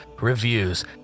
reviews